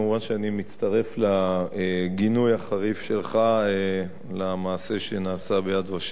אני מצטרף לגינוי החריף שלך על המעשה שנעשה ב"יד ושם",